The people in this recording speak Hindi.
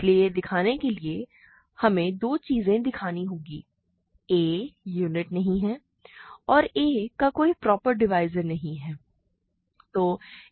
इसलिए दिखाने के लिए हमें दो चीजें दिखानी होंगी a यूनिट नहीं है और a का कोई प्रॉपर डिवाइज़र नहीं है ठीक है